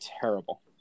terrible